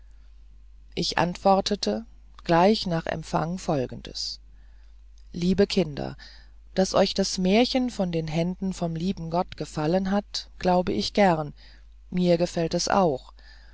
ich antwortete gleich nach empfang folgendes liebe kinder daß euch das märchen von den händen vom lieben gott gefallen hat glaube ich gern mir gefällt es auch